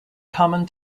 common